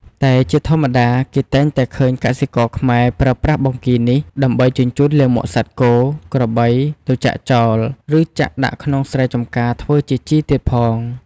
តែជាធម្មតា គេតែងតែឃើញកសិករខ្មែរប្រើប្រាស់បង្គីនេះដើម្បីជញ្ចូនលាមកសត្វគោ ក្របី ទៅចាក់ចោល ឬចាក់ដាក់ក្នុងស្រែចម្ការធ្វើជាជីទៀតផង។